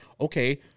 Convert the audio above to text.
okay